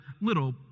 little